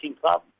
Club